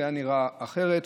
זה היה נראה אחרת.